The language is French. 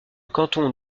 canton